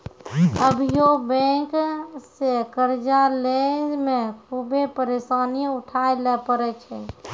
अभियो बेंक से कर्जा लेय मे खुभे परेसानी उठाय ले परै छै